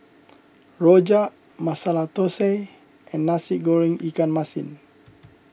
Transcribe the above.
Rojak Masala Thosai and Nasi Goreng Ikan Masin